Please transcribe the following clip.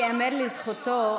ייאמר לזכותו,